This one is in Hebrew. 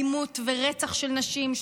אם זה אלימות ורצח של נשים,